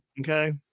okay